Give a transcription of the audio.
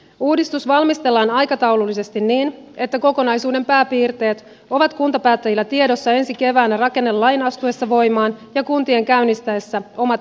uudistus valmistellaan aikataulullisesti niin että kokonaisuuden pääpiirteet ovat kuntapäättäjillä tiedossa ensi keväänä rakennelain astuessa voimaan ja kuntien käynnistäessä omat yhdistymisselvityksensä